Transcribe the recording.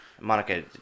Monica